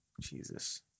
Jesus